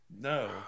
No